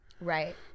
Right